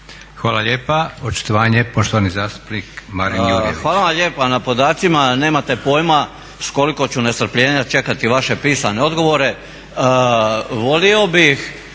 Hvala lijepa. Očitovanje poštovani zastupnik Marin Jurjević.